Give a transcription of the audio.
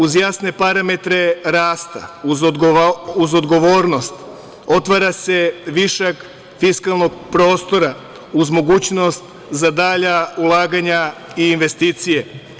Uz jasne parametre rasta, uz odgovornost otvara se višak fiskalnog prostora, uz mogućnost za dalja ulaganja i investicije.